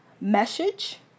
Message